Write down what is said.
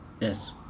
Yes